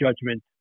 judgment